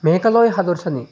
मेघालय हादरसानि